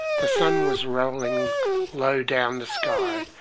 the sun was rolling low down the sky,